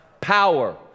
power